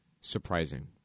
surprising